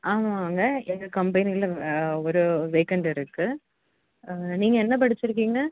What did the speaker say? ஆமாங்க எங்கள் கம்பெனியில் ஒரு வேகன்ட் இருக்குது நீங்கள் என்ன படிச்சுருக்கீங்க